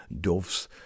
Doves